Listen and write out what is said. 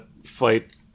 fight